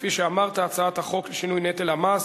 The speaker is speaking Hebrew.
כפי שאמרת, הצעת החוק לשינוי נטל המס